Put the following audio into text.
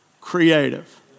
creative